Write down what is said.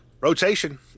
rotation